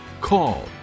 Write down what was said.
call